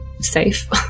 safe